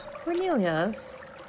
Cornelius